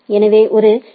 எனவே ஒரு பி